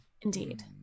Indeed